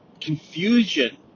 confusion